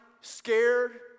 scared